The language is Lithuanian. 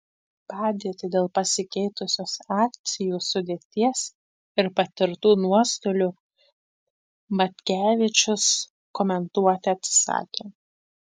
padėtį dėl pasikeitusios akcijų sudėties ir patirtų nuostolių matkevičius komentuoti atsisakė